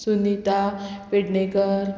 Sunita Pednekar